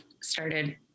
started